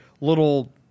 little